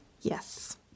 Yes